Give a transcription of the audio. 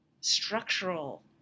structural